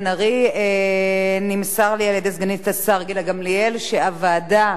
נמסר לי על-ידי סגנית השר גילה גמליאל שהוועדה המיועדת